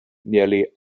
nearly